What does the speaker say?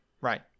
right